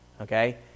Okay